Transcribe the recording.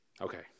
Okay